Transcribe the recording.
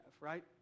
right